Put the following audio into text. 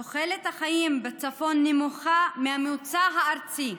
תוחלת החיים בצפון נמוכה מהממוצע הארצי,